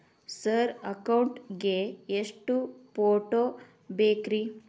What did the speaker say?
Sir account ಗೇ ಎಷ್ಟು photo ಬೇಕ್ರಿ?